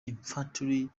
infantry